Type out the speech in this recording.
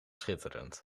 schitterend